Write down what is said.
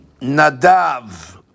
nadav